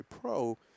pro